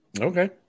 Okay